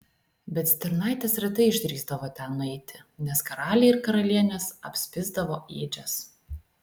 bet stirnaitės retai išdrįsdavo ten nueiti nes karaliai ir karalienės apspisdavo ėdžias